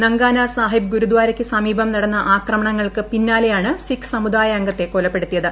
നങ്കാന സാഹിബ് ഗുരുദാരയ്ക്ക് സമീപം നടന്ന ആക്രമണങ്ങൾക്ക് പിന്നാലെയാണ് സിഖ് സമുദായാംഗത്തെ കൊലപ്പെടുത്തിയത്